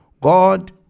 God